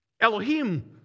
Elohim